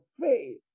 faith